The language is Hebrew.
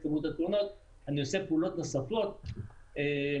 את כמות התאונות אני עושה פעולות נוספות מחברות.